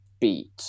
beat